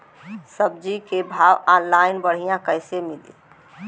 सब्जी के भाव ऑनलाइन बढ़ियां कइसे मिली?